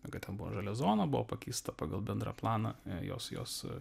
kad ten buvo žalia zona buvo pakeista pagal bendrą planą jos jos